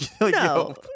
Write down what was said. No